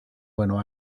buenos